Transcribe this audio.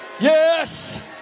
yes